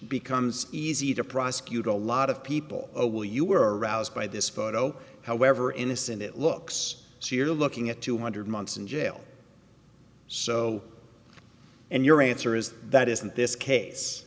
becomes easy to prosecute a lot of people will you were aroused by this photo however innocent it looks so you're looking at two hundred months in jail so and your answer is that isn't this case